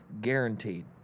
guaranteed